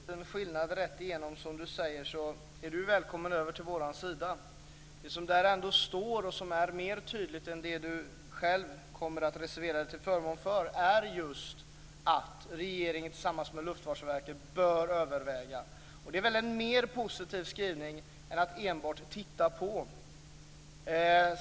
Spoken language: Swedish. Fru talman! Om det vore så liten skillnad rätt igenom som Mikael Johansson säger, så är Mikael Johansson välkommen över till vår sida. Det som är mer tydligt än det som Mikael Johansson kommer att reservera sig till förmån för är just skrivningen att regeringen tillsammans med Luftfartsverket bör överväga en höjning. Det är väl en mer positiv skrivning än att bara "titta på".